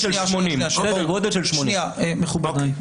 סדר גודל של 80. מכובדי,